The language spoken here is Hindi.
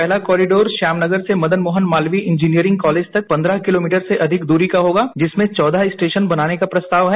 पहला कॉरिडोर ष्याम नगर से मदन मोहन मालवीय इंजीनियरिंग कॉलेज तक पंद्रह किलोमीटर से अधिक दूरी का होगा जिसमें चौदह स्टेषन बनाने का प्रस्ताव है